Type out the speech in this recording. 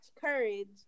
Courage